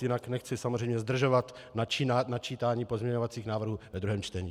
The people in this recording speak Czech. Jinak nechci samozřejmě zdržovat načítáním pozměňovacích návrhů ve druhém čtení.